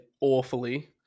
awfully